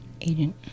agent